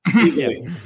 easily